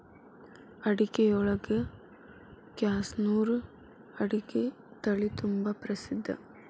ಅಡಿಕಿಯೊಳಗ ಕ್ಯಾಸನೂರು ಅಡಿಕೆ ತಳಿತುಂಬಾ ಪ್ರಸಿದ್ಧ